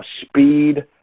speed